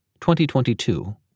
2022